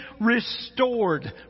restored